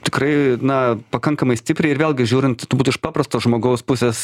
tikrai na pakankamai stipriai ir vėlgi žiūrint iš paprasto žmogaus pusės